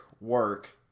work